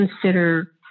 consider